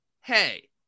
hey